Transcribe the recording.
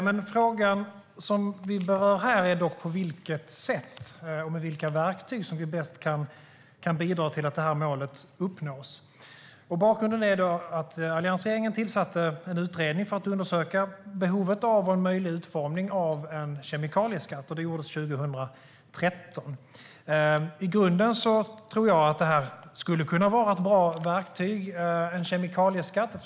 Den fråga som vi berör här är dock på vilket sätt och med vilka verktyg som vi bäst kan bidra till att detta mål uppnås. Bakgrunden är att alliansregeringen tillsatte en utredning för att undersöka behovet av och en möjlig utformning av en kemikalieskatt. Det gjordes 2013. I grunden tror jag att en kemikalieskatt skulle kunna vara ett bra verktyg.